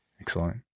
Excellent